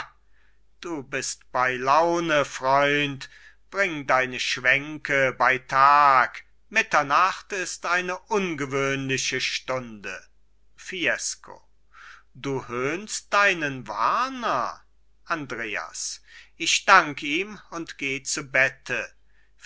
du bist bei laune freund bring deine schwänke bei tag mitternacht ist eine ungewöhnliche stunde fiesco du höhnst deinen warner andreas ich dank ihm und geh zu bette